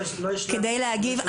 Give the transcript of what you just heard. כדי להגיב.